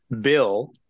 bill